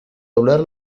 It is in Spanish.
doblar